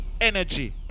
energy